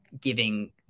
giving